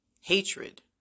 hatred